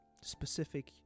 specific